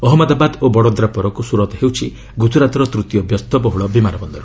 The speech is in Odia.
ଅହଞ୍ମଦାବାଦ ଓ ବଡୋଦ୍ରା ପରକୁ ସୁରତ ହେଉଛି ଗୁଜରତର ତୃତୀୟ ବ୍ୟସ୍ତବହୁଳ ବିମାନ ବନ୍ଦର